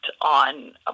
on